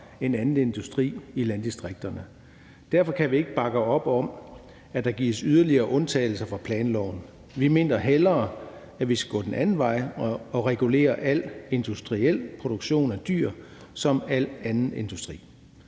end anden industri i landdistrikterne. Derfor kan vi ikke bakke op om, at der gives yderligere undtagelser fra planloven. Vi mener heller, at man skal gå den anden vej og regulere al industriel produktion af dyr ligesom al anden industri.